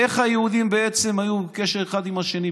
איך היהודים בעצם היו בקשר אחד עם השני?